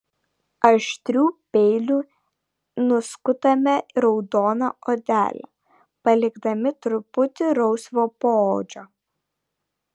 aštriu peiliu nuskutame raudoną odelę palikdami truputį rausvo poodžio